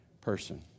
person